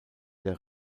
der